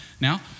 now